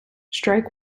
strike